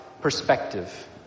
perspective